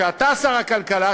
שאתה שר הכלכלה,